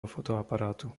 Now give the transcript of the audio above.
fotoaparátu